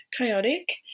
chaotic